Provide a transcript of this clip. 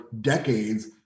decades